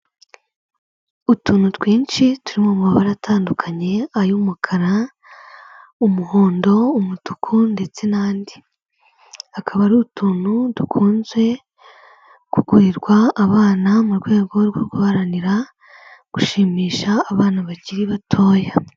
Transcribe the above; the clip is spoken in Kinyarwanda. Utuntu twinshi turi mu mabara atandukanye, ay'umukara, umuhondo, umutuku ndetse n'andi. Akaba ari utuntu dukunze kugurwa abana mu rwego rwo guharanira gushimisha abana bakiri batoya.